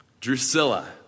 Drusilla